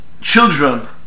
children